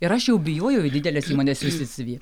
ir aš jau bijojau į dideles įmones siųsti cv